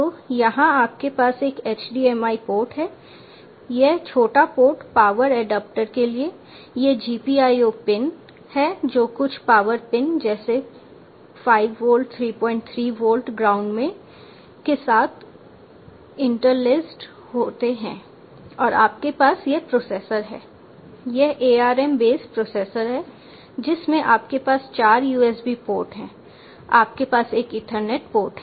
तो यहाँ आपके पास एक HDMI पोर्ट है यह छोटा पोर्ट पावर एडप्टर के लिए है ये GPIO पिन हैं जो कुछ पावर पिन जैसे 5 वोल्ट 33 वोल्ट ग्राउंड में के साथ इंटरलेस्ड होते हैं और आपके पास यह प्रोसेसर है यह ARM बेस प्रोसेसर है जिसमें आपके पास चार USB पोर्ट हैं आपके पास एक ईथरनेट पोर्ट है